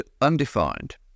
undefined